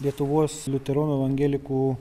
lietuvos liuteronų evangelikų